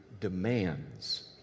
demands